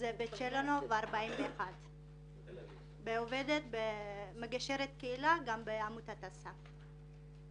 ברחוב צ'לנוב 41. אני גם מגשרת קהילה בעמותת א.ס.ף.